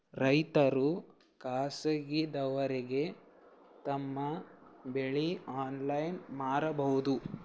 ರೈತರು ಖಾಸಗಿದವರಗೆ ತಮ್ಮ ಬೆಳಿ ಆನ್ಲೈನ್ ಮಾರಬಹುದು?